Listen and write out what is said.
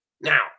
Now